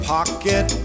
Pocket